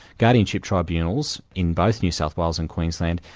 guardianship tribunals in both new south wales and queensland,